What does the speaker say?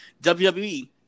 WWE